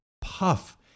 puff